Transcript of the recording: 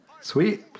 Sweet